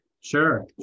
Sure